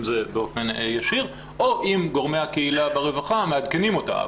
אם זה באופן ישיר או אם גורמי הקהילה ברווחה מעדכנים אותה.